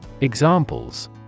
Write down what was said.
Examples